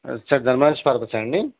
hello sir Dhanraj ఫార్మసీయా అండి